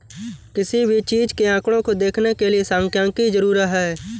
किसी भी चीज के आंकडों को देखने के लिये सांख्यिकी जरूरी हैं